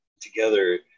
together